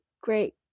great